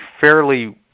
fairly